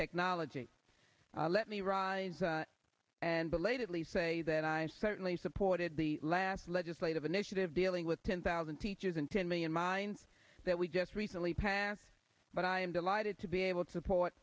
technology let me rise and belatedly say that i've certainly supported the last legislative initiative dealing with ten thousand teachers and ten million mines that we just recently passed but i am delighted to be able to support